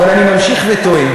אני ממשיך וטוען